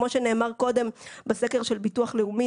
כמו שנאמר קודם בסקר של הביטוח הלאומי,